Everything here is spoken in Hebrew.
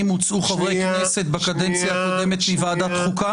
הוצאו חברי כנסת בקדנציה הקודמת של ועדת החוקה?